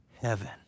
heaven